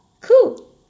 Cool